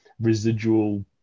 residual